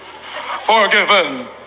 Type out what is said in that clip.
forgiven